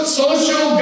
social